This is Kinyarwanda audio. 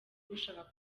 ushaka